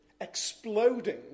exploding